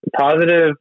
Positive